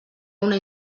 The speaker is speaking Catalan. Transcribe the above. una